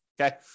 Okay